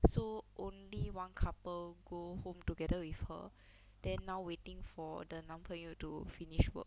so only one couple go home together with her then now waiting for the 男朋友 to finish work